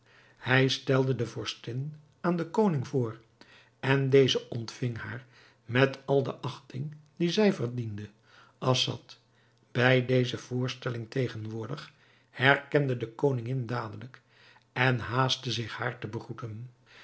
hij stelde de vorstin aan den koning voor en deze ontving haar met al de achting die zij verdiende assad bij deze voorstelling tegenwoordig herkende de koningin dadelijk en haastte zich haar te begroeten